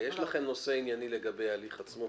יש לכם נושא ענייני לגבי ההליך עצמו,